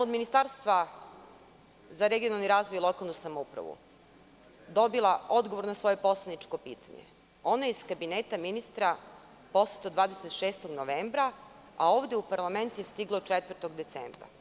Od Ministarstva za regionalni razvoj i lokalnu samoupravu sam dobila odgovor na svoje poslaničko pitanje, ono je iz kabineta ministra poslato 26. novembra, a ovde u parlament je stiglo 4. decembra.